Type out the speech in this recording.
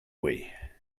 way